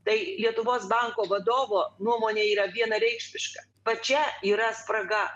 tai lietuvos banko vadovo nuomonė yra vienareikšmiška va čia yra spraga